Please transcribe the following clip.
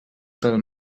tot